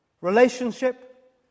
Relationship